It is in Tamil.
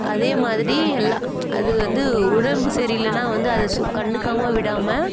அதேமாதிரி எல்லா அது வந்து உடம்பு சரியில்லைன்னா வந்து அதை சு கண்டுக்காம விடாமல்